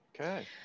Okay